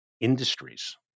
industries